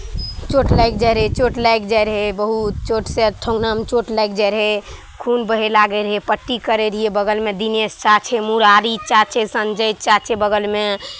चोट लागि जाइत रहै चोट लागि जाइत रहै बहुत चोटसँ ठेहुनामे चोट लागि जाइत रहै खून बहय लागैत रहै पट्टी करैत रहियै बगलमे दिनेश चा छै मुरारी चा छै संजय चा छै बगलमे